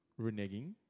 reneging